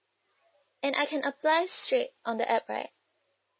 and I can apply straight on the app right